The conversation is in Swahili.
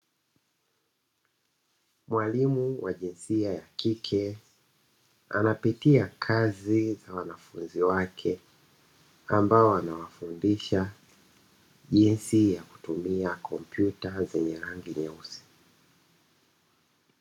Mwalimu wa jinsia ya kike anapitia kazi ya wanafunzi wake ambao anawafundisha jinsi ya kutumia kompyuta zenye rangi nyeusi.